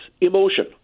emotion